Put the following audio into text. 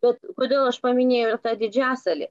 bet kodėl aš paminėjau ir tą didžiasalį